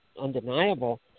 undeniable